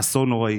אסון נוראי.